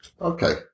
Okay